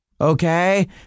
okay